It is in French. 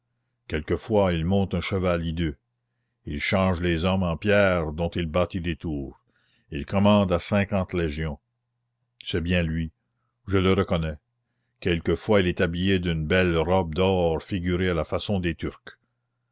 quelquefois il monte un cheval hideux il change les hommes en pierres dont il bâtit des tours il commande à cinquante légions c'est bien lui je le reconnais quelquefois il est habillé d'une belle robe d'or figurée à la façon des turcs